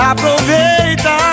Aproveita